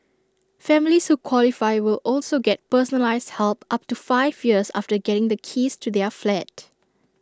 families who qualify will also get personalised help up to five years after getting the keys to their flat